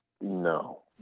No